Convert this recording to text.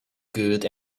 good